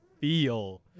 feel